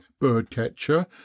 bird-catcher